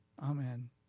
Amen